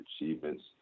achievements